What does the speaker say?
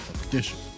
condition